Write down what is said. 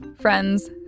Friends